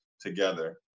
together